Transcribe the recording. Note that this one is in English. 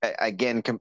again